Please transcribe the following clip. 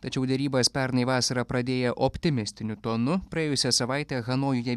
tačiau derybas pernai vasarą pradėję optimistiniu tonu praėjusią savaitę hanojuje